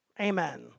Amen